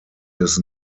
his